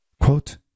Quote